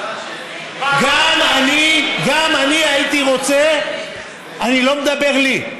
גם אני הייתי רוצה, אני לא מדבר לי,